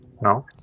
No